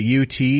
UT